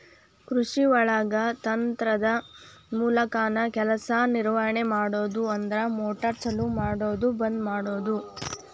ಕೃಷಿಒಳಗ ಯಂತ್ರದ ಮೂಲಕಾನ ಕೆಲಸಾ ನಿರ್ವಹಣೆ ಮಾಡುದು ಅಂದ್ರ ಮೋಟಾರ್ ಚಲು ಮಾಡುದು ಬಂದ ಮಾಡುದು